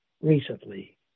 Recently